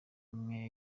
imwe